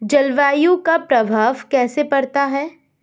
जलवायु का प्रभाव कैसे पड़ता है?